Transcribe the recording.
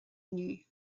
inniu